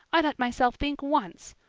i let myself think once,